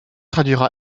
traduira